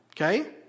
Okay